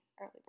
early